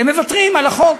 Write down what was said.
הם מוותרים על החוק.